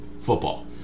Football